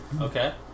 Okay